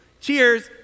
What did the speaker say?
Cheers